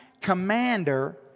commander